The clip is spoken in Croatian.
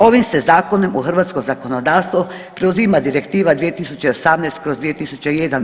Ovim se Zakonom u Hrvatsko zakonodavstvo preuzima direktiva 2018/